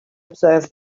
observe